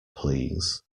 please